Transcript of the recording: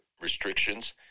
restrictions